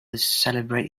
celebrate